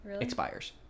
Expires